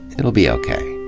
it'll be okay.